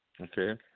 okay